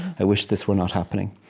i wish this were not happening.